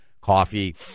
coffee